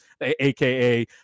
AKA